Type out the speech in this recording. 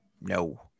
no